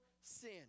sin